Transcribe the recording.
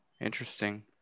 Interesting